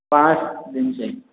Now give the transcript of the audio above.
पाँच दिन से